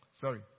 Sorry